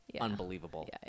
unbelievable